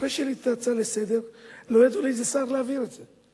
אחרי שניתנה הצעה לסדר לא ידעו לאיזה שר להעביר את זה.